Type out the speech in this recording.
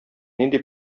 нинди